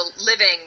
living